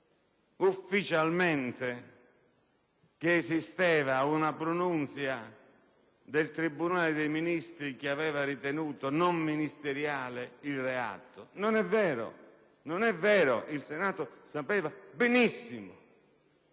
ufficialmente che esistesse una pronunzia del tribunale dei ministri che aveva ritenuto non ministeriale il reato. Non è vero: il Senato lo sapeva benissimo,